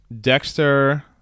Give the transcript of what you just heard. Dexter